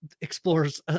explores